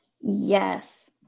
Yes